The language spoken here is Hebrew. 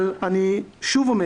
אבל אני אומר שוב,